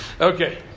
Okay